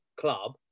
club